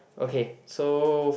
okay so